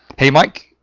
hey mike,